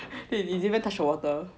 you didn't even touch the water